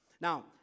Now